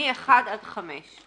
מ-1 עד 5,